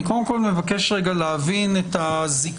אני קודם כל מבקש רגע להבין את הזיקה,